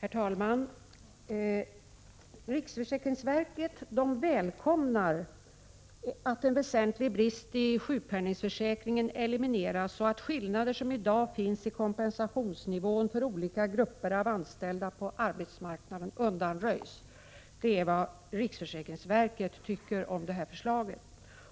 Herr talman! Riksförsäkringsverket välkomnar att en väsentlig brist i sjukpenningsförsäkringen elimineras och att skillnader som i dag finns när det gäller kompensationsnivån för olika grupper av anställda på arbetsmarknaden undanröjs. Det är vad riksförsäkringsverket tycker om det aktuella förslaget.